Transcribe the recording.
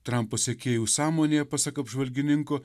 trampo sekėjų sąmonėje pasak apžvalgininkų